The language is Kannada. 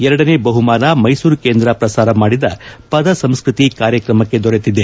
ಎರಡನೇ ಬಹುಮಾನ ಮೈಸೂರು ಕೇಂದ್ರ ಪ್ರಸಾರ ಮಾಡಿದ ಪದ ಸಂಸ್ಟತಿ ಕಾಯಕ್ರಮಕ್ಕೆ ದೊರೆತಿದೆ